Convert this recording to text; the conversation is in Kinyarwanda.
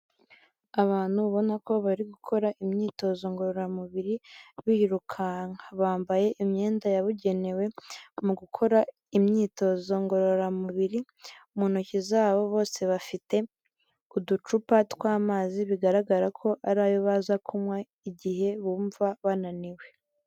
Abantu ubona ko bari gukora imyitozo ngororamubiri, birukanka, bambaye imyenda yabugenewe mu gukora imyitozo ngororamubiri, mu ntoki zabo bose bafite uducupa tw'amazi, bigaragara ko ari ayo baza kunywa igihe bumva bananiwe.